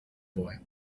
boy